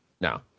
no